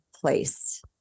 place